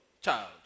child